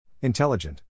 Intelligent